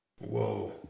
Whoa